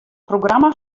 programma